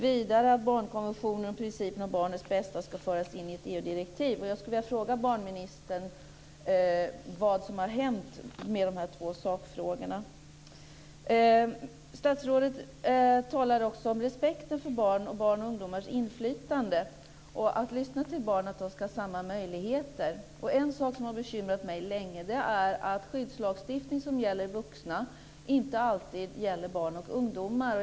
Vidare sade hon att barnkonventionen och principen om barnet bästa ska föras in i ett EU-direktiv. Jag skulle vilja fråga barnministern vad som har hänt med de här två sakfrågorna. Statsrådet talade också om respekten för barn och barns och ungdomars inflytande, att man ska lyssna till barn och att de ska ha samma möjligheter. En sak som har bekymrat mig länge är att den skyddslagstiftning som gäller vuxna inte alltid gäller barn och ungdomar.